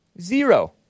Zero